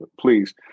please